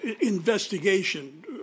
investigation